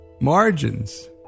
margins